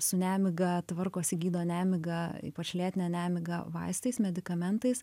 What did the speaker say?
su nemiga tvarkosi gydo nemigą ypač lėtinę nemigą vaistais medikamentais